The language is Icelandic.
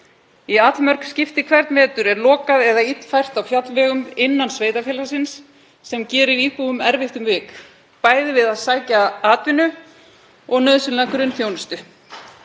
Í allmörg skipti hvern vetur er lokað eða illfært á fjallvegum innan sveitarfélagsins sem gerir íbúum erfitt um vik bæði við að sækja atvinnu og nauðsynlega grunnþjónustu.